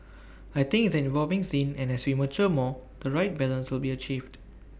I think it's an evolving scene and as we mature more the right balance will be achieved